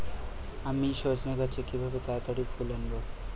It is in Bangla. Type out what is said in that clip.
আমি সজনে গাছে কিভাবে তাড়াতাড়ি ফুল আনব?